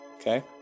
Okay